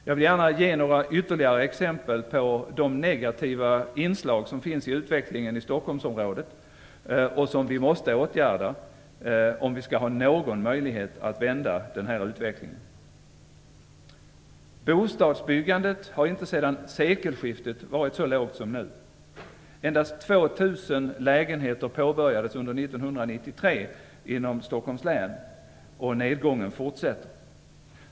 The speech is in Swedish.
Jag vill gärna ge ytterligare några exempel på de negativa inslag som finns i utvecklingen i Stockholmsområdet och som vi måste åtgärda om vi skall ha någon möjlighet att vända den här utvecklingen. Bostadsbyggandet har inte sedan sekelskiftet varit så lågt som nu. Endast 2 000 lägenheter påbörjades under 1993 inom Stockholms län och nedgången fortsätter.